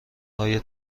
آیا